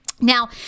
Now